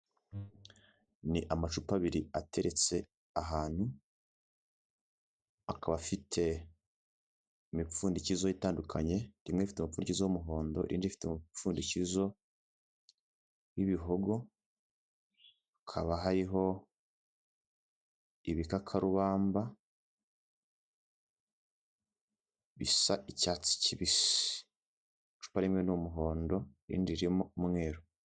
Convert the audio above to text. Ni amacupabiri ateretse ahantu, akaba afite imipfundikizo itandukanye, rimwe rifite umufugizi w'umuhondo, irindi rifite umupfundikizo w'ibihogo, hakaba hariho ibikakarubamba bisa icyatsi kibisi. Icupa rimwe n'umuhondo, irindi ririmo umweru.